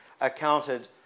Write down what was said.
accounted